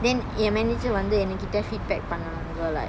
then என்:en manager வந்து எனக்கிட்ட:vanthu enakkitta feedback பண்ணனும்:pannanum like